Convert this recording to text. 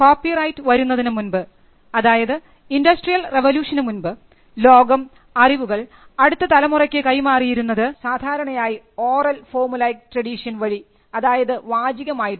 copyright വരുന്നതിനു മുൻപ് അതായത് ഇൻഡസ്ട്രിയൽ റവല്യൂഷനുമുൻപ് ലോകം അറിവുകൾ അടുത്ത തലമുറയ്ക്ക് കൈമാറിയിരുന്നത് സാധാരണയായി ഓറൽ ഫോർമുലൈക് ട്രഡിഷൻ വഴി അതായത് വാചികമായിട്ടായിരുന്നു